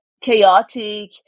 chaotic